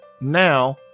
now